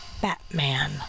Batman